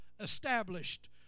established